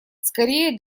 скорее